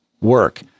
work